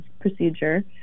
procedure